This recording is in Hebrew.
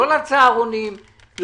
לא לצהרונים,